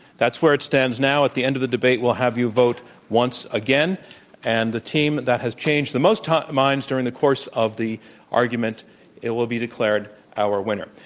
that's where it stands now at the end of the debate we'll have you vote once again and the team that has changed the most minds during the course of the argument will will be declared our winner.